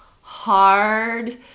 hard